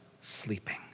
sleeping